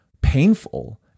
painful